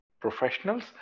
professionals